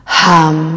hum